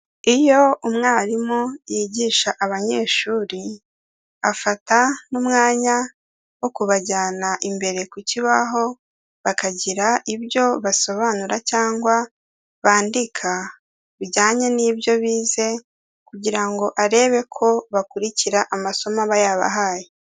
Iyo umwarimu yigisha abanyeshuri, afata n'umwanya wo kubajyana imbere ku kibaho bakagira ibyo basobanura cyangwa bandika bijyanye n'ibyo bize kugira ngo arebe ko bakurikira amasomo aba yabahaye.